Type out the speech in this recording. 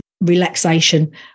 relaxation